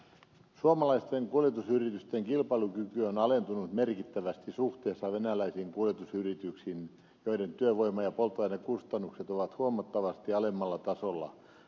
suomalaisten kuljetusyritysten kilpailukyky on alentunut merkittävästi suhteessa venäläisiin kuljetusyrityksiin joiden työvoima ja polttoainekustannukset ovat huomattavasti alemmalla tasolla